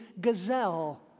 gazelle